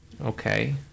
Okay